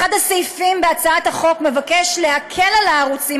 אחד הסעיפים בהצעת החוק נועד להקל על הערוצים